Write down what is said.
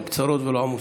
הן קצרות ולא עמוסות.